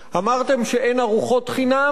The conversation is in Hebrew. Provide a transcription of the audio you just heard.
אמרתם שאין ארוחות חינם.